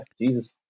Jesus